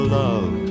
love